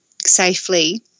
safely